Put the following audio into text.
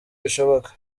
bishoboka